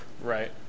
Right